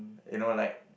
you know like